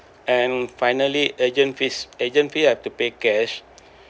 and finally agent fees agent fee I have to pay cash